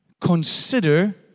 Consider